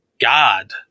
God